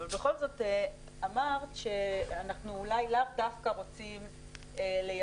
אבל בכל זאת אמרת שאנחנו אולי לאו דווקא רוצים לייצר